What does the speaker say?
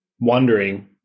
wondering